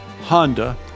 Honda